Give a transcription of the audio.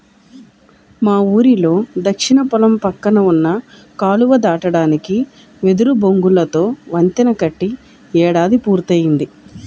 మా ఊరిలో దక్షిణ పొలం పక్కన ఉన్న కాలువ దాటడానికి వెదురు బొంగులతో వంతెన కట్టి ఏడాది పూర్తయ్యింది